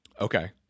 Okay